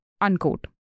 Unquote